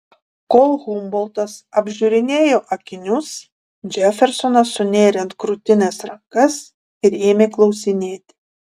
kol humboltas apžiūrinėjo akinius džefersonas sunėrė ant krūtinės rankas ir ėmė klausinėti